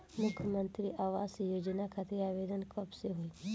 मुख्यमंत्री आवास योजना खातिर आवेदन कब से होई?